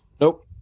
Nope